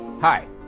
Hi